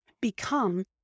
become